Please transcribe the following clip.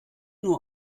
nur